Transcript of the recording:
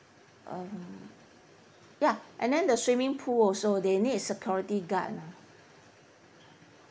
um ya and then the swimming pool also they need security guard lah